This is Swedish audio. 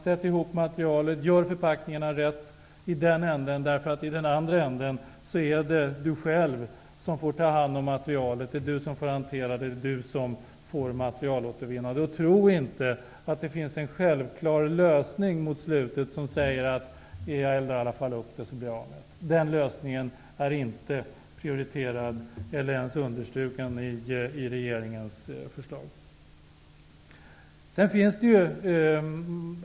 Sätt ihop materialet. Gör förpackningarna riktiga i den ändan. I den andra ändan är det producenten själv som får ta hand om materialet och sköta materialåtervinningen. Tro inte att det mot slutet finns en självklar lösning, som säger att man i alla fall eldar upp materialet och blir av med det. Den lösningen är inte prioriterad eller ens understruken i regeringens förslag.